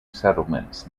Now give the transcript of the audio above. settlements